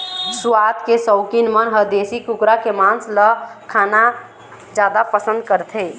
सुवाद के सउकीन मन ह देशी कुकरा के मांस ल खाना जादा पसंद करथे